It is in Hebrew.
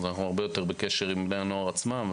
אנחנו הרבה יותר בקשר עם בני הנוער עצמם,